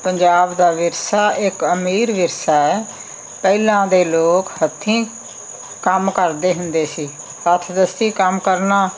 ਪੰਜਾਬ ਦਾ ਵਿਰਸਾ ਇੱਕ ਅਮੀਰ ਵਿਰਸਾ ਹੈ ਪਹਿਲਾਂ ਦੇ ਲੋਕ ਹੱਥੀਂ ਕੰਮ ਕਰਦੇ ਹੁੰਦੇ ਸੀ ਹੱਥ ਦੱਸੀਂ ਕੰਮ ਕਰਨਾ